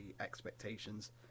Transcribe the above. expectations